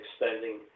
extending